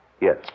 Yes